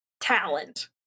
talent